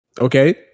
Okay